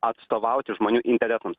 atstovauti žmonių interesams